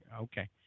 Okay